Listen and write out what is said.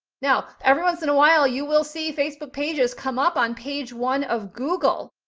now, every once in awhile you will see facebook pages come up on page one of google.